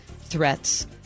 threats